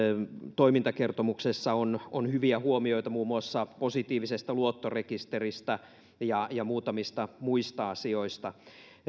toimintakertomuksessa on on hyviä huomioita muun muassa positiivisesta luottorekisteristä ja ja muutamista muista asioista